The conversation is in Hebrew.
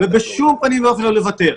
ובשום פנים לא לוותר,